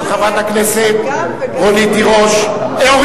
של חברת הכנסת רונית תירוש אה,